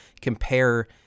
compare